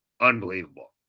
unbelievable